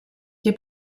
che